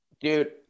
dude